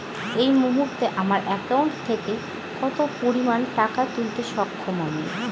এই মুহূর্তে আমার একাউন্ট থেকে কত পরিমান টাকা তুলতে সক্ষম আমি?